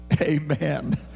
amen